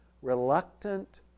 reluctant